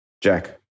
Jack